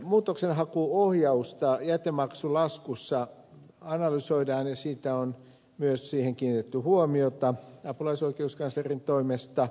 muutoksenhakuohjausta jätemaksulaskussa analysoidaan ja siihen on myös kiinnitetty huomiota apulaisoikeuskanslerin toimesta